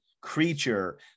creature